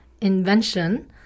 invention